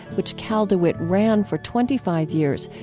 which cal dewitt ran for twenty five years,